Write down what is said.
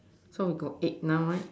so we got eight now right